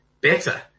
better